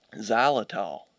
xylitol